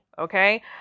Okay